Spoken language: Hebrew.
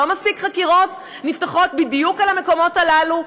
לא מספיק חקירות נפתחות בדיוק על המקומות הללו,